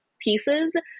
pieces